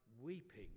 weeping